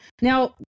Now